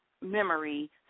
memory